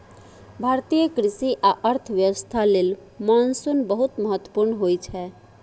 भारतीय कृषि आ अर्थव्यवस्था लेल मानसून बहुत महत्वपूर्ण होइ छै